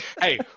hey